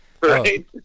right